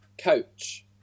Coach